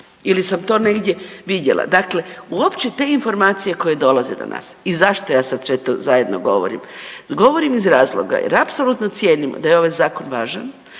ili sam to negdje vidjela. Dakle, uopće te informacije koje dolaze do nas i zašto ja sad sve to zajedno govorim, govorim iz razloga jer apsolutno cijenim da je ovaj zakon važan,